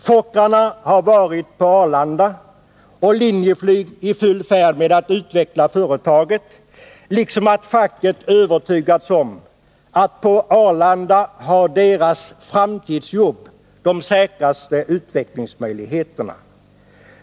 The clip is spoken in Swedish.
Fokkerplanen hade varit på Arlanda och Linjeflyg i full färd med att utveckla företaget. Likaså hade facket övertygats om att de bästa utvecklingsmöjligheterna i arbetet fanns på Arlanda.